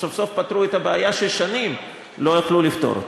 שסוף-סוף פתרו את הבעיה ששנים לא יכלו לפתור אותה.